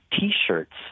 T-shirts